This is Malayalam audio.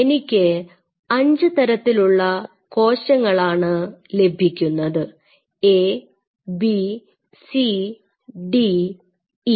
എനിക്ക് അഞ്ചുതരത്തിലുള്ള കോശങ്ങളാണ് ലഭിക്കുന്നത് A B C D E